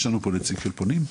יש לנו פה נציג של פונים?